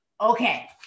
Okay